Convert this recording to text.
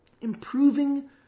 improving